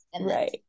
Right